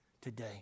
today